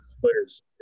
players